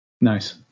Nice